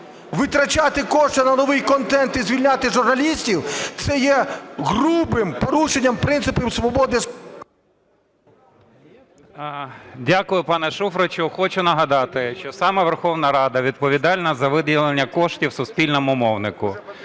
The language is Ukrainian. витрачати кошти на новий контент і звільняти журналістів це є грубим порушенням принципів свободи слова... 10:58:43 ТКАЧЕНКО О.В. Дякую, пане Шуфрич. Хочу нагадати, що саме Верховна Рада відповідальна за виділення коштів суспільному мовнику.